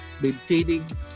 maintaining